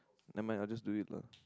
never mind I just do it lah